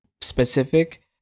specific